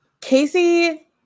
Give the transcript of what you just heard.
Casey